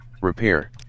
Repair